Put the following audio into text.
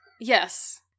Yes